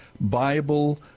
Bible